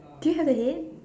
do you have a head